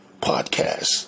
podcast